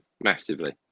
Massively